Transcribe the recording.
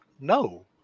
No